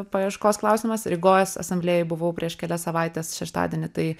paieškos klausimas rygos asamblėjoj buvau prieš kelias savaites šeštadienį tai